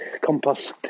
compost